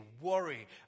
worry